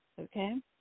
okay